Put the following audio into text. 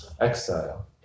Exile